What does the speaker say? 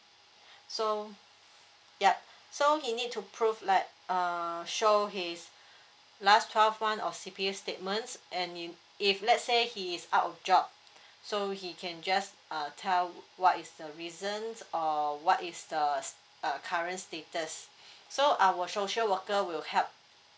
so yup so he need to prove like uh show his last twelve month of C_P_F statements and in if let's say he is out of job so he can just uh tell what is the reason or what is the uh current status so our social worker will help